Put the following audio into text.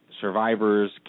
survivors